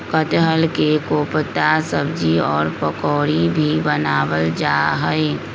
कटहल के कोफ्ता सब्जी और पकौड़ी भी बनावल जा हई